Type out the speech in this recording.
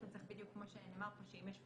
בדיוק כמו שנאמר פה, שאם יש מכרז,